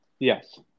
Yes